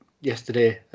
yesterday